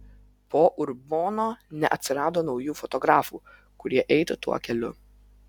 po urbono neatsirado naujų fotografų kurie eitų tuo keliu